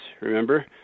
Remember